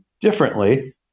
differently